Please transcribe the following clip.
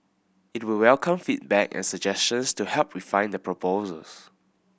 it would welcome feedback and suggestions to help refine the proposes